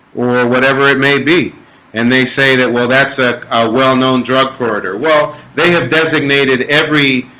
or whatever it may be and they say that well, that's a ah well-known drug corridor. well. they have designated every